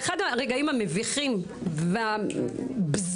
אחד הרגעים המביכים והבזויים,